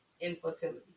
infertility